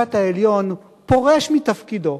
בבית-המשפט העליון פורש מתפקידו,